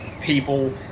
people